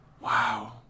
Wow